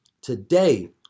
today